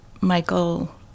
Michael